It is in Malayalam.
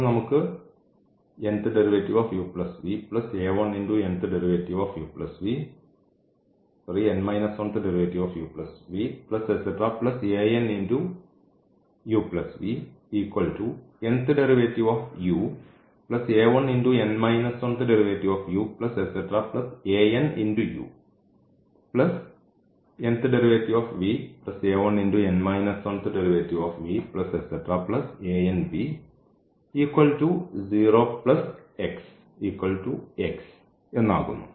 അപ്പോൾ നമുക്ക് എന്നാകുന്നു